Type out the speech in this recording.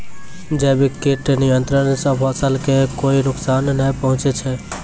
जैविक कीट नियंत्रण सॅ फसल कॅ कोय नुकसान नाय पहुँचै छै